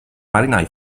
marinai